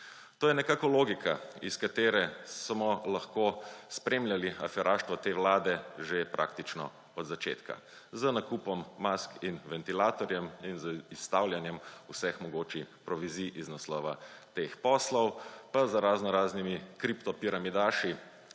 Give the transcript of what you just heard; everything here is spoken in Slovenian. To je nekako logika, iz katere smo lahko spremljali aferaštvo te vlade že praktično od začetka, z nakupom mask in ventilatorjev in z izstavljanjem vseh mogočih provizij iz naslova teh poslov, pa z raznoraznimi kriptopiramidaši,